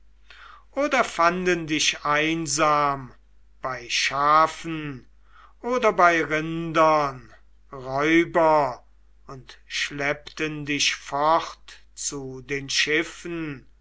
oder fanden dich einsam bei schafen oder bei rindern räuber und schleppten dich fort zu den schiffen